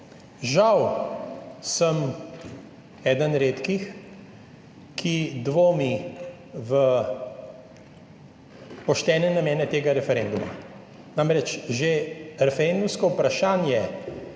Žal sem eden redkih, ki dvomi v poštene namene tega referenduma. Namreč, že referendumsko vprašanje